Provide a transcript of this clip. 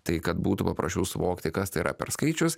tai kad būtų paprasčiau suvokti kas tai yra per skaičius